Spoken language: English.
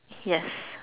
yes